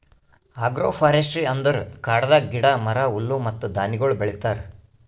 agro forestry ಅಂದುರ್ ಕಾಡದಾಗ್ ಗಿಡ, ಮರ, ಹುಲ್ಲು ಮತ್ತ ಧಾನ್ಯಗೊಳ್ ಬೆಳಿತಾರ್